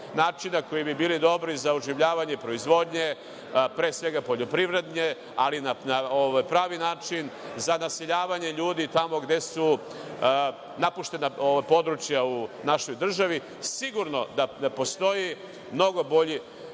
načina koji bi bili dobri za oživljavanje proizvodnje, pre svega poljoprivredne, ali na pravi način, za naseljavanje ljudi tamo gde su napuštena područja u našoj državi, sigurno da postoje mnogo bolji